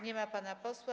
Nie ma pana posła.